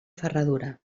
ferradura